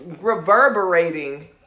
reverberating